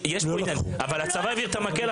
אבל הצבא העביר את המקל.